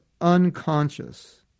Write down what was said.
unconscious